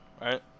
right